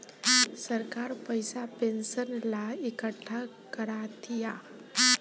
सरकार पइसा पेंशन ला इकट्ठा करा तिया